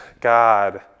God